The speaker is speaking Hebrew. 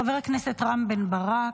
חבר הכנסת רם בן ברק,